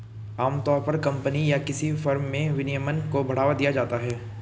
आमतौर पर कम्पनी या किसी फर्म में विनियमन को बढ़ावा दिया जाता है